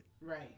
Right